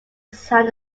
sound